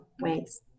ways